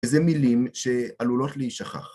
זה מילים שעלולות להשכח.